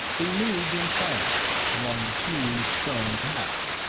they moved in silence, along the smooth stone path.